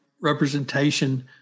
representation